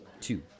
two